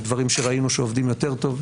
יש דברים שראינו שעובדים יותר טוב,